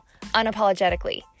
unapologetically